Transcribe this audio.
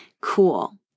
cool